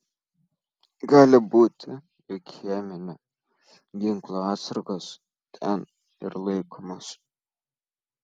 gali būti jog cheminio ginklo atsargos ten ir laikomos